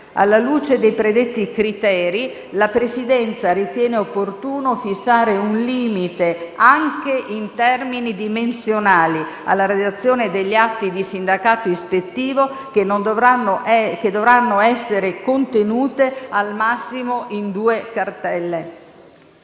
Alla luce dei predetti criteri, la Presidenza ritiene opportuno fissare un limite anche in termini dimensionali alla redazione degli atti di sindacato ispettivo che dovranno essere contenuti al massimo in due cartelle.